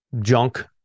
junk